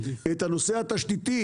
את הנושא התשתיתי,